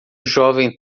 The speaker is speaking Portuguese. jovem